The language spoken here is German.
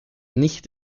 nicht